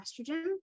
estrogen